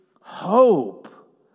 hope